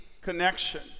connection